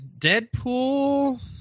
Deadpool